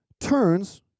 turns